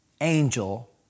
angel